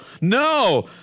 No